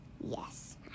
Yes